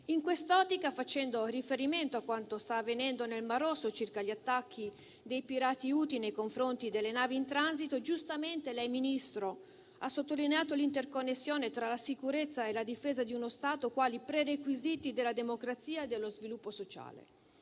In quest'ottica, facendo riferimento a quanto sta avvenendo nel Mar Rosso circa gli attacchi dei pirati Houthi nei confronti delle navi in transito, giustamente lei, signor Ministro, ha sottolineato l'interconnessione tra la sicurezza e la difesa di uno Stato quali prerequisiti della democrazia e dello sviluppo sociale.